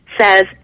says